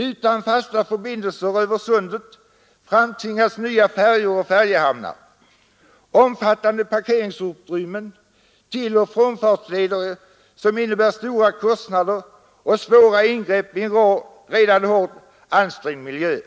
Utan fasta förbindelser över sundet framtvingas nya färjor och färjehamnar, omfattande parkeringsutrymmen, tilloch frånfartsleder som innebär stora kostnader och svåra ingrepp i en redan hårt ansträngd miljö.